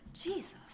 Jesus